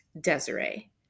Desiree